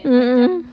mmhmm